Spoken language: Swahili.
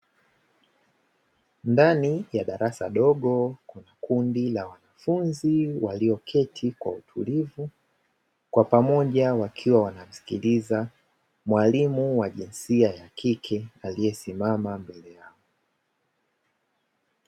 Ndani ya darasa dogo kuna kundi la wanafunzi walioketi kwa utulivu, kwa pamoja wakiwa wanamsikiliza mwalimu wa jinsia ya kike, aliyesimama mbele yao.